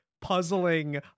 puzzling